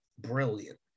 brilliant